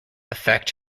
affect